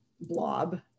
blob